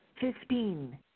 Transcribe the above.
Fifteen